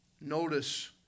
Notice